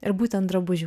ir būtent drabužių